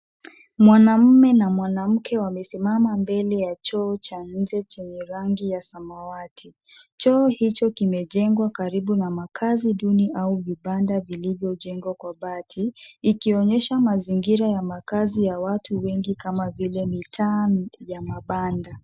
Mwanamume na mwanamke wamesimama mbele ya choo cha nje chenye rangi ya samawati. Choo hicho kimejengwa karibu na makaazi duni au vibanda vilivyojengwa kwa bati, ikionyesha mazingira ya makaazi ya watu wengi kama vile mitaa ya mabanda.